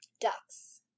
ducks